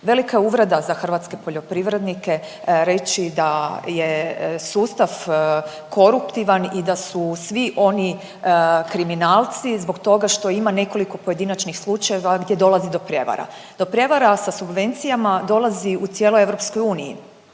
Velika je uvreda za hrvatske poljoprivrednike reći da je sustav koruptivan i da su svi oni kriminalci zbog toga što ima nekoliko pojedinačnih slučajeva gdje dolazi do prijevara. Do prijevara sa subvencijama dolazi u cijeloj EU.